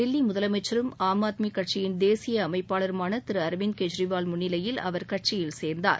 தில்லி முதலமைச்சரும் ஆம் ஆத்மி கட்சியின் தேசிய அமைப்பாளருமான திரு அரவிந்த் கெஜ்ரிவால் முன்னிலையில் அவர் கட்சியில் சேர்ந்தார்